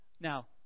Now